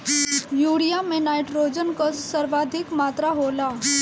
urea में nitrogen कअ सर्वाधिक मात्रा होला